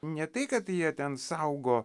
ne tai kad tai jie ten saugo